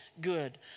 good